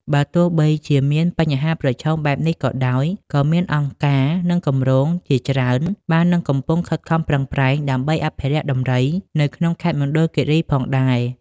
បើទោះបីជាមានបញ្ហាប្រឈមបែបនេះក៏ដោយ ក៏មានអង្គការ និងគម្រោងជាច្រើនបាននិងកំពុងខិតខំប្រឹងប្រែងដើម្បីអភិរក្សដំរីនៅក្នុងខេត្តមណ្ឌលគិរីផងដែរ។